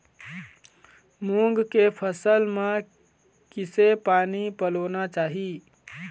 मूंग के फसल म किसे पानी पलोना चाही?